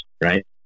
right